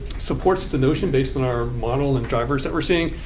supports the notion based on our model and drivers that we're seeing.